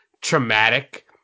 traumatic